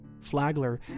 Flagler